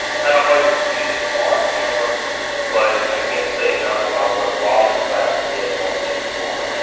kinda hard to see on camera but i can't say enough about what rob and wes did on this floor.